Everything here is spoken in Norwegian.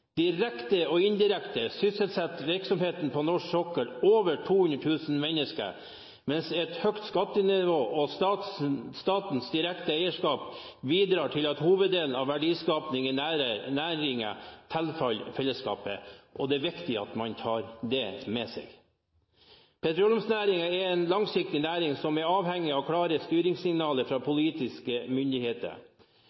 Direkte og indirekte sysselsetter virksomheten på norsk sokkel over 200 000 mennesker, mens et høyt skattenivå og statens direkte eierskap bidrar til at hoveddelen av verdiskapingen i næringen tilfaller fellesskapet, og det er viktig at man tar det med seg. Petroleumsnæringen er en langsiktig næring som er avhengig av klare styringssignaler fra